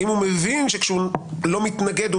האם הוא מבין שכאשר הוא לא מתנגד הוא